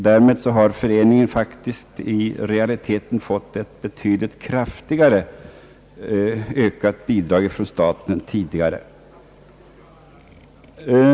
Därmed får föreningen i realiteten ett betydligt kraftigare ökat bidrag från staten än tidigare.